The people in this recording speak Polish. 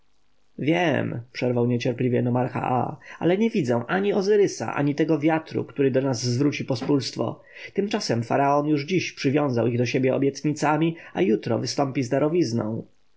wiem przerwał niecierpliwie nomarcha aa ale nie widzę ani ozyrysa ani tego wiatru który do nas zwróci pospólstwo tymczasem faraon już dziś przywiązał ich do siebie obietnicami a jutro wystąpi